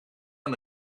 aan